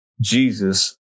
Jesus